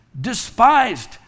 despised